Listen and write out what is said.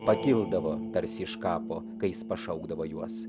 pakildavo tarsi iš kapo kai jis pašaukdavo juos